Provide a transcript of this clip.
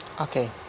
Okay